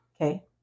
Okay